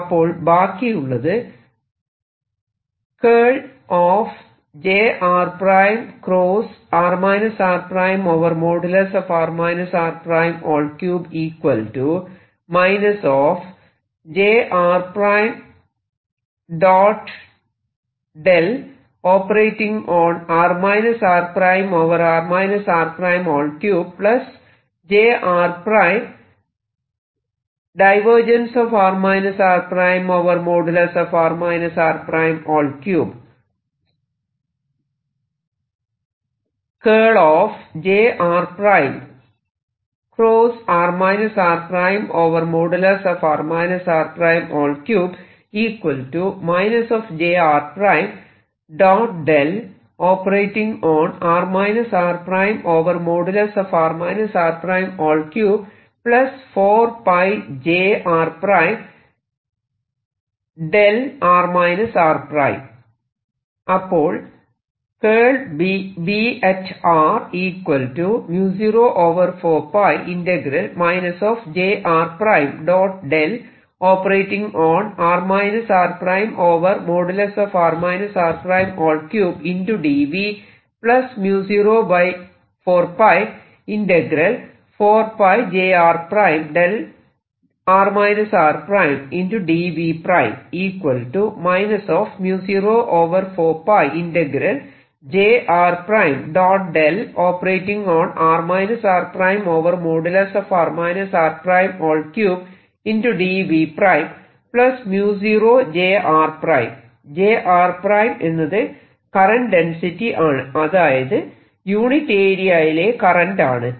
അപ്പോൾ ബാക്കിയുള്ളത് അപ്പോൾ j r′ എന്നത് കറന്റ് ഡെൻസിറ്റി അതായത് യൂണിറ്റ് ഏരിയയിലെ കറന്റ് ആണ്